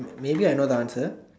maybe I know the answer